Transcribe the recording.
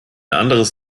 anderes